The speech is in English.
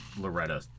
Loretta